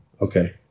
Okay